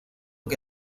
que